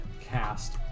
Cast